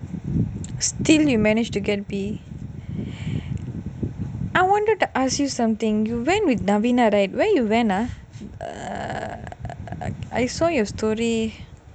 still you manage to get B I wanted to ask you something you went with narvina right where you went ah err I saw your story